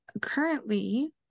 currently